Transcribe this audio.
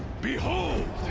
behold!